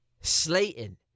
Slayton